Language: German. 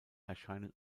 erscheinen